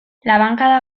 labankada